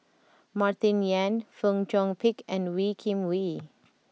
Martin Yan Fong Chong Pik and Wee Kim Wee